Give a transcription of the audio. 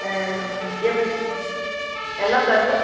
ஆ எப் எல்லாம் ஃப்ரெஷ்